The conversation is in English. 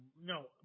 No